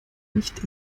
nicht